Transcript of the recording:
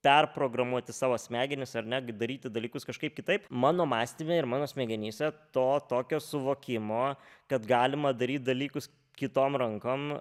perprogramuoti savo smegenis ar ne daryti dalykus kažkaip kitaip mano mąstyme ir mano smegenyse to tokio suvokimo kad galima daryt dalykus kitom rankom